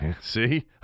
see